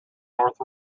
north